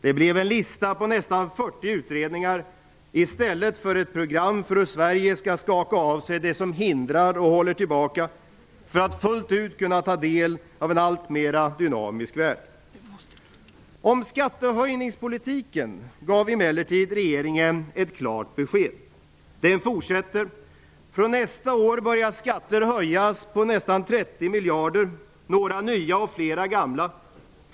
Det blev en lista på nästan 40 utredningar i stället för ett program för hur Sverige skall skaka av sig det som hindrar och håller tillbaka för att fullt ut kunna bli en del av en alltmer dynamisk värld. Om skattehöjningspolitiken gav regeringen emellertid ett klart besked. Den fortsätter. Från nästa år börjar skatter höjas med nästan 30 miljarder, några nya och flera gamla.